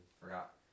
forgot